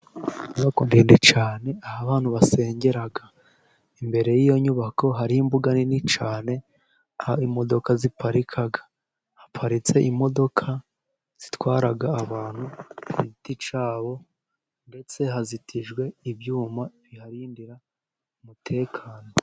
Inyubako ndende cyane aho abantu basengera. Imbere y'iyo nyubako hari imbuga nini cyane. Aho imodoka ziparika haparitse imodoka zitwara abantu ku giti cyabo ndetse hazitijwe ibyuma biharindira umutekano.